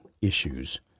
issues